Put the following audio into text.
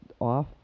off